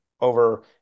over